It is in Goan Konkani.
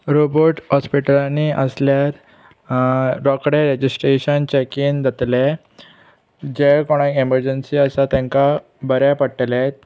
रोबोट हॉस्पिटलांनी आसल्यार रोकडे रेजिस्ट्रेशन चॅकीन जातलें जे कोणाक एमरजंसी आसा तांकां बरें पडटलें